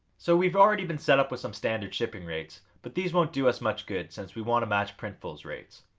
so we've already been set up with some standard shipping rates but these won't do us much good since we want to match printful's rates.